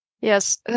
Yes